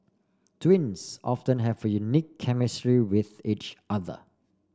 twins often have unique chemistry with each other